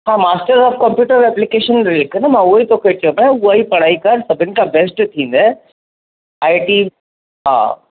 हा master of computer application लिख न मां उहो ई तोखे चयो माइ उहा ई पढ़ाई कर सभिनि खां बेस्ट थींदए आइ टी हा